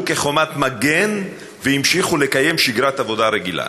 כחומת מגן והמשיכו לקיים שגרת עבודה רגילה